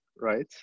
right